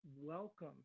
welcome